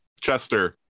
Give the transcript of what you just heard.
Chester